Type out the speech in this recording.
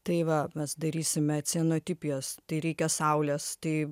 tai va mes darysime cianotipijas tai reikia saulės tai